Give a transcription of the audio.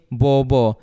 bobo